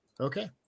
okay